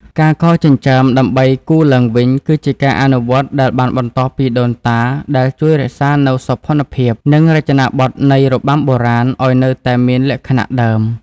ការកោរចិញ្ចើមដើម្បីគូរឡើងវិញ គឺជាការអនុវត្តន៍ដែលបានបន្តពីដូនតា ដែលជួយរក្សានូវសោភ័ណភាព និងរចនាបថនៃរបាំបុរាណឲ្យនៅតែមានលក្ខណៈដើម។